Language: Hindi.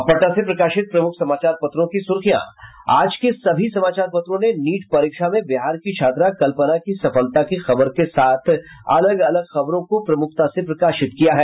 अब पटना से प्रकाशित प्रमुख समाचार पत्रों की सुर्खियां आज के सभी समाचार पत्रों ने नीट परीक्षा में बिहार की छात्रा कल्पना की सफलता की खबर के साथ अलग अलग खबरों को प्रमुखता से प्रकाशित किया है